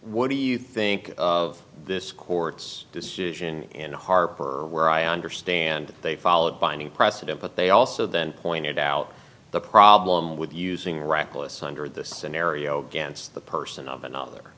what do you think of this court's decision in harper where i understand they followed binding precedent but they also then pointed out the problem with using iraklis under this scenario against the person of another